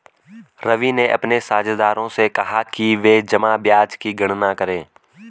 रवि ने अपने साझेदारों से कहा कि वे जमा ब्याज की गणना करें